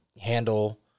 handle